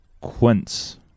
Quince